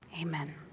Amen